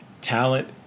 talent